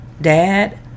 Dad